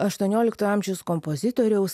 aštuonioliktojo amžiaus kompozitoriaus